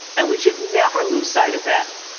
and we should never lose sight of that.